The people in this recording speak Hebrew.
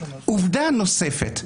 עובדה נוספת,